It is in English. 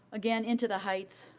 again, into the heights,